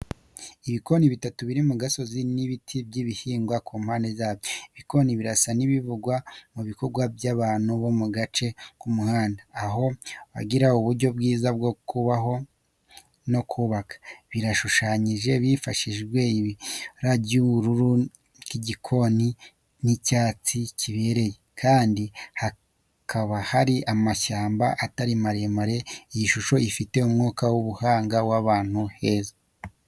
Ibikoni bitatu biri mu gasozi, n'ibiti by'ibihingwa ku mpande zayo. Ibikoni birasa n'ibivugwa mu bikorwa by'abantu bo mu gace k'umuhanda, aho bagira uburyo bwiza bwo kubaho no kubaka. Birashushanyije hifashishijwe ibara ry'ubururu bw'igikoni n'icyatsi kibereye, kandi hakaba hari amashyamba atari maremare. Iyi shusho ifite umwuka w'uburanga w'ahantu heza.